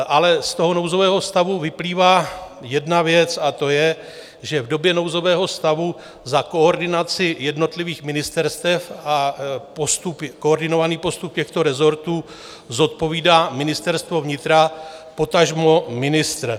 Ale z nouzového stavu vyplývá jedna věc, a to je, že v době nouzového stavu za koordinaci jednotlivých ministerstev a koordinovaný postup těchto rezortů zodpovídá Ministerstvo vnitra, potažmo ministr.